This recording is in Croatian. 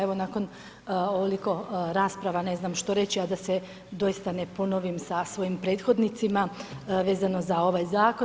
Evo nakon ovoliko rasprava ne znam št reći a da se doista ne ponovim sa svojim prethodnicima vezano za ovaj zakon.